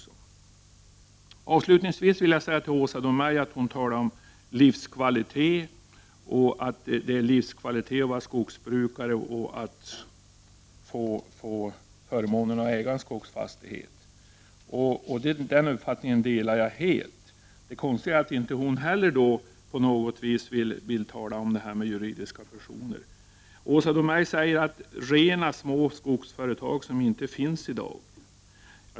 Åsa Domeij talar om livskvalitet och att det är livskvalitet att vara skogsbrukare och att få förmånen att äga en skogsfastighet. Den uppfattningen delar jag helt. Det konstiga är att inte heller hon vill tala om detta med förvärv av juridiska personer. Åsa Domeij talar om att rena små skogsföretag inte finns i dag.